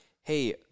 hey